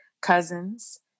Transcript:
cousins